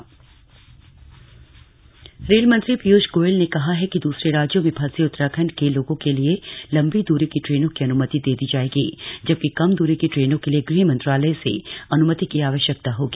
rail मंत्री रेल मंत्री पीयूष गोयल ने कहा है कि दूसरे राज्यों में फंसे उत्तराखंड के लोगों के लिए लम्बी दूरी की ट्रेनों की अन्मति दे दी जाएगी जबकि कम दूरी की ट्रेनों के लिए गृह मंत्रालय से अन्मति की आवश्यकता होगी